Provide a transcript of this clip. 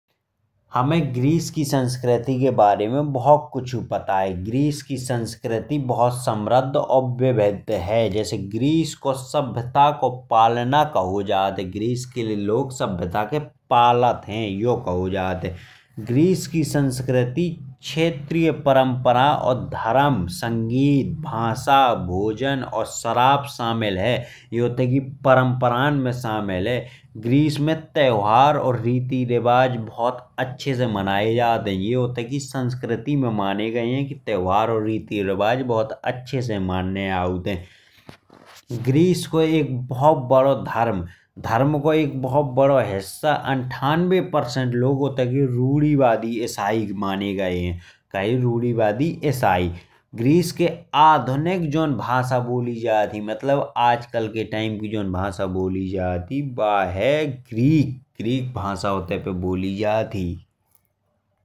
हमे ग्रीस की संस्कृती के बारे में बहुत कुछ पता है। ग्रीस की संस्कृती बहुत समृद्ध और विविध है। ग्रीस को सभ्यता को पालना कहा जाता है ग्रीस के लोग सभ्यता के पालक हैं यह कहा जाता है। ग्रीस की संस्कृती में क्षेत्रीय परंपरा, धर्म, संगीत, भाषा, भोजन और शराब शामिल हैं। जो उनकी परंपराओं में शामिल हैं। ग्रीस में त्यौहार और रीति रिवाज बहुत अच्छे से मनाए जाते हैं। यह उनकी संस्कृती में माने गए हैं त्यौहार और रीति रिवाज बहुत अच्छे से माने जाते हैं। ग्रीस को एक बहुत बड़ा धर्म। धर्म को एक बहुत बड़ा हिस्सा और अठानवे प्रतिशत लोग रूढ़िवादी ईसाई माने गए हैं। ग्रीस में जो आधुनिक भाषा बोली जाती है मतलब आजकल के समय में जो भाषा बोली जाती है वह है ग्रीक। ग्रीक भाषा वहां पर बोली जाती है।